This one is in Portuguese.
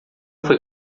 foi